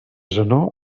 zenó